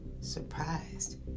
surprised